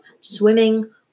swimming